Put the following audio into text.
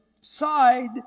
side